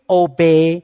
obey